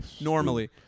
Normally